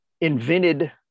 invented